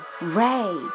ray